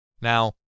Now